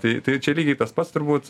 tai tai čia lygiai tas pats turbūt